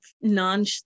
non